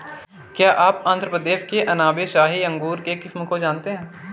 क्या आप आंध्र प्रदेश के अनाब ए शाही अंगूर के किस्म को जानते हैं?